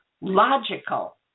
logical